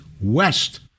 West